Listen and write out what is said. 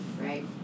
right